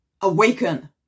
Awaken